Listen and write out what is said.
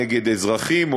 נגד אזרחים,